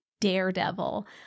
daredevil